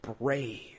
brave